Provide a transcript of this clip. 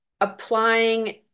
applying